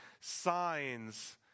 signs